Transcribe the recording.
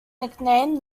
nicknamed